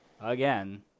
Again